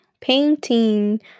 painting